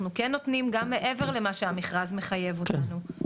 אנחנו כן נותנים גם מעבר למה שהמכרז מחייב אותנו,